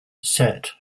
set